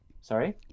sorry